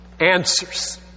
answers